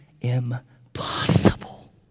impossible